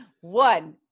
One